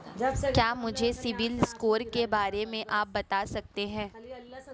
क्या मुझे सिबिल स्कोर के बारे में आप बता सकते हैं?